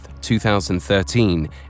2013